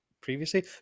previously